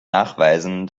nachweisen